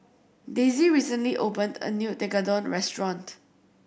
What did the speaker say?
Daisy recently opened a new Tekkadon restaurant